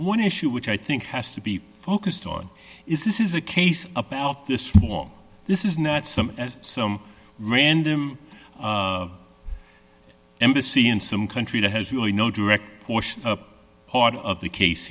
one issue which i think has to be focused on is this is a case about this this is not some some random embassy in some country that has really no direct part of the case